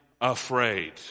afraid